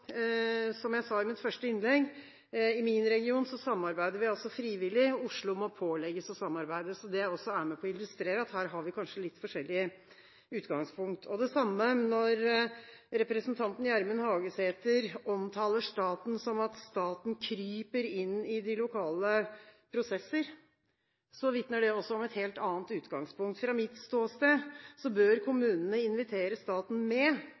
Som jeg sa i mitt første innlegg: I min region samarbeider vi altså frivillig, mens man i Oslo må pålegges å samarbeide, så det er også med på å illustrere at her har vi kanskje litt forskjellig utgangspunkt. Når representanten Gjermund Hagesæter omtaler staten som at den kryper inn i de lokale prosesser, vitner det også om et helt annet utgangspunkt. Fra mitt ståsted bør kommunene invitere staten med,